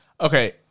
Okay